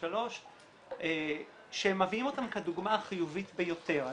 5.3 ומביאים אותן כדוגמה החיובית ביותר.